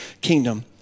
kingdom